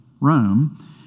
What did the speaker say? Rome